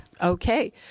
Okay